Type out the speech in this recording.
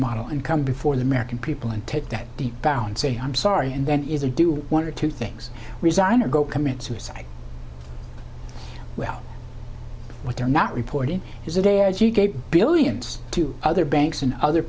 model and come before the american people and take that deep down say i'm sorry and then either do one or two things resign or go commit suicide well what they're not reporting is a day as you gave billions to other banks and other